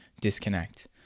disconnect